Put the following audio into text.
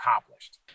accomplished